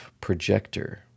projector